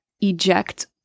eject